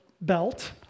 belt